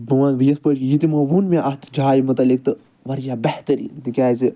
بہٕ وَنہٕ یِتھ پٲٹھۍ یہِ تِمو ووٚن مےٚ اَتھ جایہِ مُتعلِق تہٕ واریاہ بہتریٖن تِکیازِ